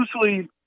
usually